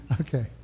Okay